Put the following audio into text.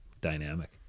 dynamic